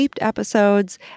episodes